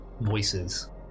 voices